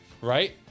right